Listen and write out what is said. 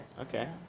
Okay